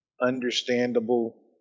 understandable